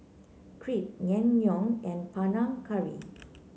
Crepe Naengmyeon and Panang Curry